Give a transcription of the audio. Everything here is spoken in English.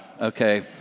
okay